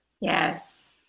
Yes